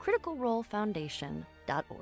criticalrolefoundation.org